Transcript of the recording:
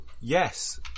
Yes